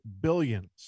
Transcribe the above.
Billions